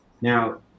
now